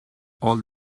all